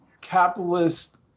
capitalist